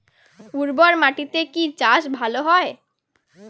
উর্বর মাটিতে কি চাষ ভালো হয়?